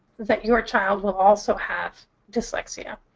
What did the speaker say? that your child will also have dyslexia.